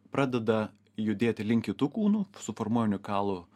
pradeda judėti link kitų kūnų suformuoja unikalų